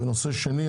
ונושא שני,